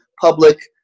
public